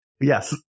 Yes